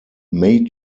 may